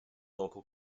local